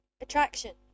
attraction